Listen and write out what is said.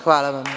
Hvala vam.